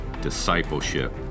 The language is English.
discipleship